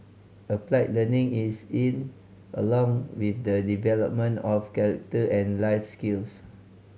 applied learning is in along with the development of character and life skills